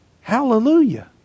Hallelujah